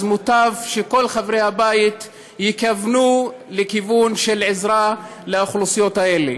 אז מוטב שכל חברי הבית יכוונו לכיוון של עזרה לאוכלוסיות האלה.